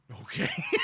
Okay